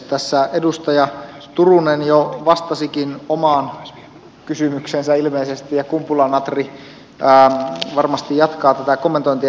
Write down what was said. tässä edustaja turunen jo ilmeisesti vastasikin omaan kysymykseensä ja kumpula natri varmasti jatkaa tätä kommentointia